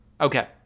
okay